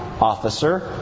officer